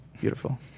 Beautiful